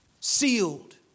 Sealed